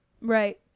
Right